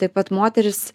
taip pat moterys